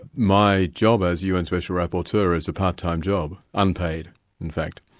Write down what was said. my job as un special rapporteur is a part-time job, unpaid in fact.